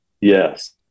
Yes